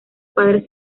padres